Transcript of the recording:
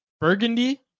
burgundy